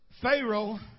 Pharaoh